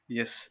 yes